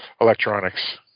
electronics